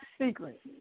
secret